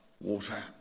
water